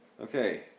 Okay